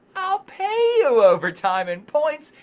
i'll pay you overtime in points,